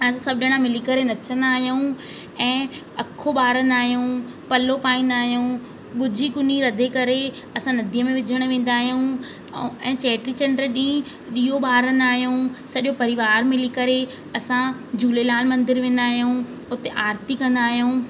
असां सभु ॼणा मिली करे नचंदा आहियूं ऐं अखो ॿारंदा आहियूं पलो पाईंदा आहियूं ॻुझी कुनी रधे करे असां नदीअ में विझण वेंदा आहियूं ऐं ऐं चेटी चंडु ॾींहुं ॾीयो ॿारींदा आहियूं सॼो परिवार मिली करे असां झूलेलाल मंदरु वेंदा आहियूं उते आरती कंदा आहियूं